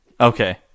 Okay